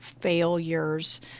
failures